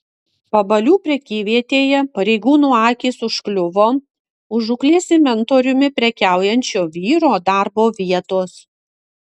pabalių prekyvietėje pareigūnų akys užkliuvo už žūklės inventoriumi prekiaujančio vyro darbo vietos